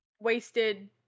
wasted